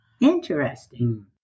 Interesting